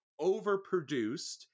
overproduced